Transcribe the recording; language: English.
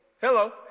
Hello